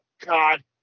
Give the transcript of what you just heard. God